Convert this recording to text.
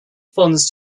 funds